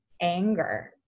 anger